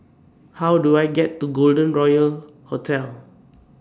How Do I get to Golden Royal Hotel